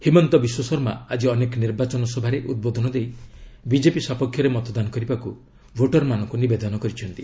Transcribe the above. ହିମନ୍ତ ବିଶ୍ୱଶର୍ମା ଆଜି ଅନେକ ନିର୍ବାଚନ ସଭାରେ ଉଦ୍ବୋଧନ ଦେଇ ବିଜେପି ସପକ୍ଷରେ ମତଦାନ କରିବାକୁ ଭୋଟରମାନଙ୍କୁ ନିବେଦନ କରିଛନ୍ତି